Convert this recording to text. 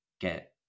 get